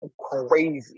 crazy